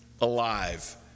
alive